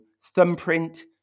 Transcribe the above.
thumbprint